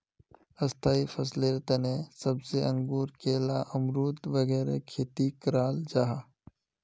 स्थाई फसलेर तने सेब, अंगूर, केला, अमरुद वगैरह खेती कराल जाहा